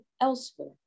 elsewhere